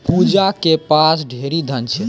पूजा के पास ढेरी धन छै